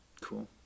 Cool